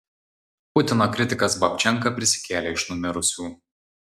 putino kritikas babčenka prisikėlė iš numirusių